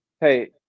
hey